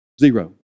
Zero